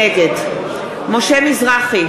נגד משה מזרחי,